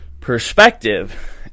perspective